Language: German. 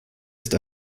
ist